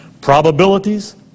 Probabilities